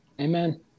Amen